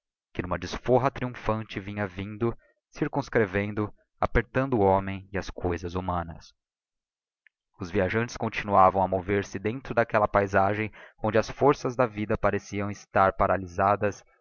que n'uma desforra triumphante vinha vindo circumscrevendo apertando o homem e as coisas humanas os viajantes continuavam a mover-se dentro d'aquella paizagem onde as forças da vida parecia estarem paralysadas